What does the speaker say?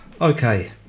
Okay